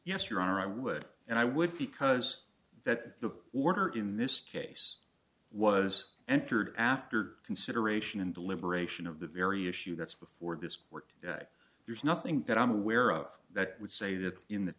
honor i would and i would because that the order in this case was entered after consideration and deliberation of the very issue that's before this worked there's nothing that i'm aware of that would say that in the